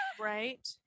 Right